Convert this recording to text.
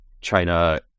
China